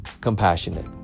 compassionate